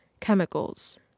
chemicals